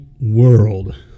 World